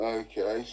okay